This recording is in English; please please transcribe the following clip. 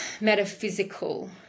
metaphysical